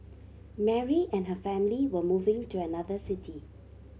Mary and her family were moving to another city